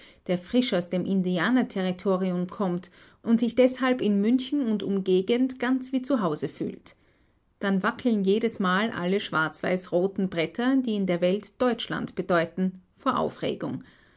der frisch aus dem indianerterritorium kommt und sich deshalb in münchen und umgegend ganz wie zu hause fühlt dann wackeln jedesmal alle schwarzweißroten bretter die in der welt deutschland bedeuten vor aufregung